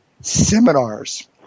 Seminars